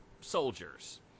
soldiers